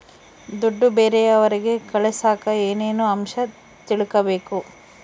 ದುಡ್ಡು ಬೇರೆಯವರಿಗೆ ಕಳಸಾಕ ಏನೇನು ಅಂಶ ತಿಳಕಬೇಕು?